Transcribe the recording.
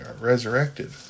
resurrected